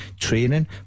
training